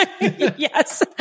yes